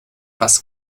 was